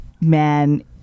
man